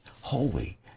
holy